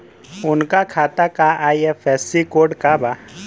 उनका खाता का आई.एफ.एस.सी कोड का बा?